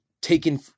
taken